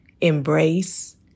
embrace